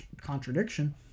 contradiction